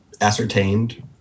ascertained